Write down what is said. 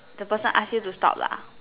the person ask you to stop lah